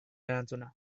erantzuna